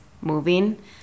moving